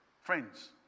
Friends